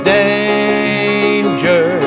danger